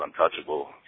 untouchable